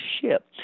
ship